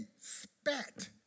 spat